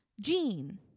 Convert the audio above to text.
Gene